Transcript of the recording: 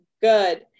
good